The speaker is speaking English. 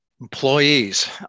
Employees